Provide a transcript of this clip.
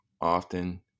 often